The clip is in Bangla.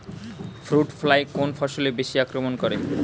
ফ্রুট ফ্লাই কোন ফসলে বেশি আক্রমন করে?